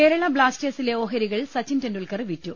കേരള ബ്ലാസ്റ്റേഴ്സിലെ ഓഹരികൾ സച്ചിൻ ടെണ്ടുൽക്കർ വിറ്റു